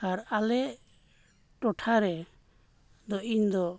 ᱟᱨ ᱟᱞᱮ ᱴᱚᱴᱷᱟ ᱨᱮᱫᱚ ᱤᱧᱫᱚ